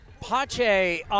Pache